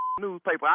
newspaper